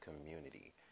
community